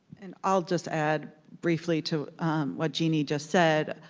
and i'll just add briefly to what jeannie just said.